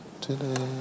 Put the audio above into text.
today